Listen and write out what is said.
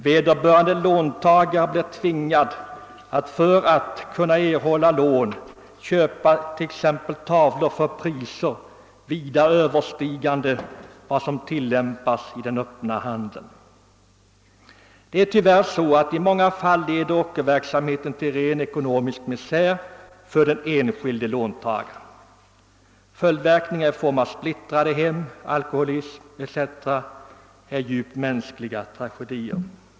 Vederbörande låntagare blir för att erhålla lån tvingade att köpa t.ex. tavlor för priser vida överstigande dem som tillämpas i den öppna handeln. Tyvärr leder ockerverksamheten i många fall till ren ekonomisk misär för den enskilde låntagaren. Följdverkningarna kan bli mänskliga tragedier i form av splittrade hem, alkoholism etc.